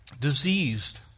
diseased